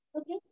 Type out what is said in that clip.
Okay